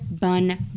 Bun